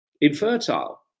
infertile